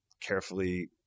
carefully